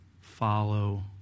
follow